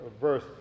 verse